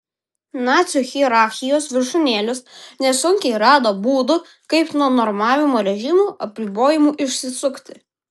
nacių hierarchijos viršūnėlės nesunkiai rado būdų kaip nuo normavimo režimo apribojimų išsisukti